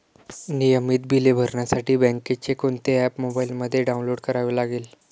नियमित बिले भरण्यासाठी बँकेचे कोणते ऍप मोबाइलमध्ये डाऊनलोड करावे लागेल?